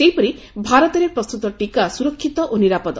ସେହିପରି ଭାରତରେ ପ୍ରସ୍ତତ ଟିକା ସୁରକ୍ଷିତ ଓ ନିରାପଦ